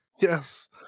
Yes